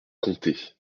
comté